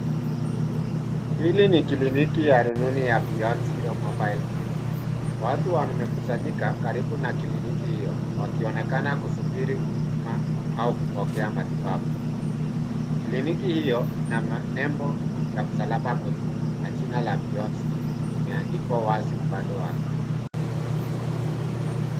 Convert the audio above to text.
Hili ni kliniki ya rununu ya Beyond Zero mobile clinic . Watu wamekusanyika karibu na kliniki hiyo wakionekana kusubiri huduma au kupokea matibabu. Kliniki hiyo ina nembo ya msalaba mwekundu na jina la Beyond Zero limeandikwa wazi upande wake.